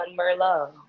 Merlot